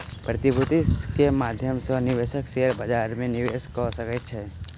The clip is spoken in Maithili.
प्रतिभूति के माध्यम सॅ निवेशक शेयर बजार में निवेश कअ सकै छै